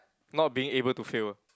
not being able to fail